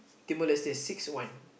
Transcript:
Timor-Leste six one